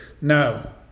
No